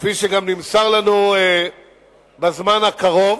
כפי שגם נמסר לנו בזמן הקרוב,